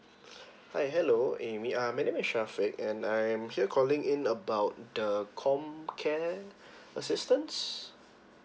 hi hello amy uh my name is syafiq and I'm here calling in about the com care assistance